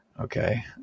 Okay